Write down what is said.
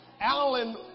Alan